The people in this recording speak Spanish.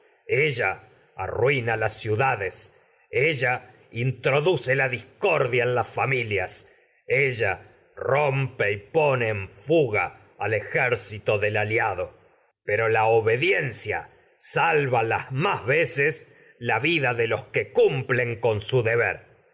ella la ella introduce en discordia las familias rompe y pone fuga al ejército del aliado pero la obediencia con salva su las más veces vida de los que cumplen y deber